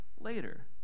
later